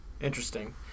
Interesting